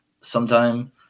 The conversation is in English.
sometime